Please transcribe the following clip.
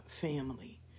family